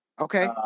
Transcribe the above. Okay